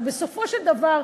אבל בסופו של דבר,